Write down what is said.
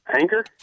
anchor